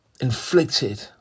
inflicted